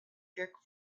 jerk